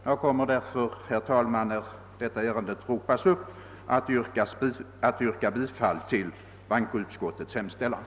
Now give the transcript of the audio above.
När detta ärende ropas upp, kommer jag därför, herr talman, att yrka bifall till bankoutskottets hemställan.